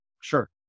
Sure